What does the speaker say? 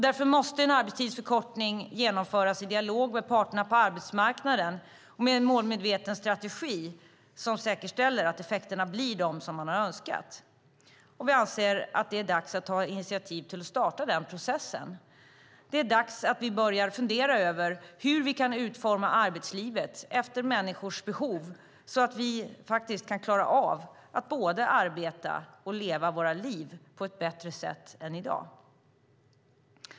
Därför måste en arbetstidsförkortning genomföras i dialog med parterna på arbetsmarknaden och med en målmedveten strategi som säkerställer att effekterna blir de som man har önskat. Vi anser att det är dags att ta initiativ till att starta den processen. Det är dags att vi börjar fundera över hur vi kan utforma arbetslivet efter människors behov så att vi kan klara av att både arbeta och leva våra liv på ett bättre sätt än i dag.